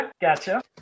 Gotcha